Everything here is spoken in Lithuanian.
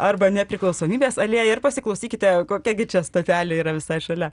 arba nepriklausomybės aliėja ir pasiklausykite kokia gi čia stotelė yra visai šalia